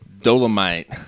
Dolomite